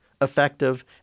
effective